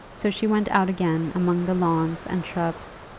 so she went out again among the lawns and shrubs.